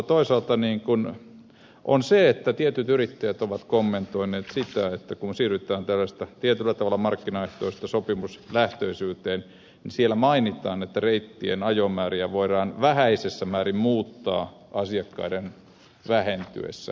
toisaalta niin kunnalla on se että tietyt yrittäjät ovat kommentoineet sitä että kun siirrytään tietyllä tavalla tällaisesta markkinaehtoisuudesta sopimuslähtöisyyteen niin siellä mainitaan että reittien ajomääriä voidaan vähäisessä määrin muuttaa asiakkaiden vähentyessä